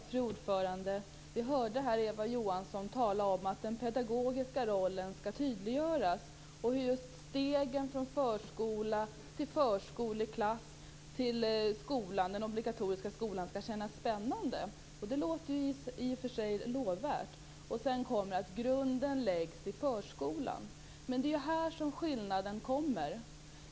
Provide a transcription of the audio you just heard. Fru talman! Vi hörde Eva Johansson tala om att den pedagogiska rollen skall tydliggöras, och hur stegen från förskola till förskoleklass till den obligatoriska skolan skall kännas spännande. Det låter i och för sig lovvärt. Och sedan kommer det: grunden läggs i förskolan. Det är här skillnaden ligger.